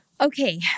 Okay